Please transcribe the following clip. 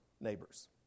neighbors